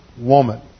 woman